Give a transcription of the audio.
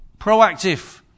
Proactive